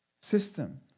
system